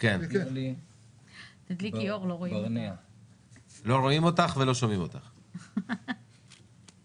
אני מבינה שמעוניינים לדעת אם הייתה